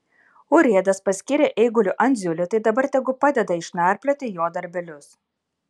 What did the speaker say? urėdas paskyrė eiguliu andziulį tai dabar tegu padeda išnarplioti jo darbelius